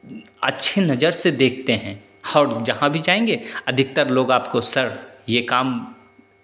अच्छे नज़र से देखते हैं और जहां भी जाएंगे अधिकतर लोग आपको सर ये काम